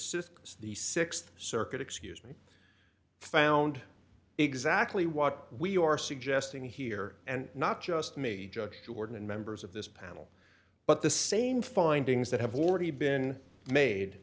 ciscos the th circuit excuse me found exactly what we are suggesting here and not just me judge jordan and members of this panel but the same findings that have already been made